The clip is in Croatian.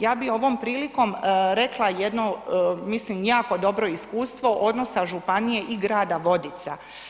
Ja bi ovom prilikom rekla jedno mislim jako dobro iskustvo odnosa županije i grada Vodica.